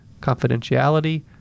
confidentiality